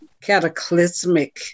Cataclysmic